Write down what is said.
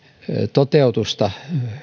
toteutusta